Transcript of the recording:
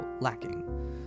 lacking